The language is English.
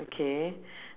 okay